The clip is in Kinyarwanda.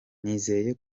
nizeye